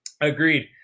Agreed